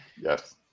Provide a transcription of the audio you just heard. Yes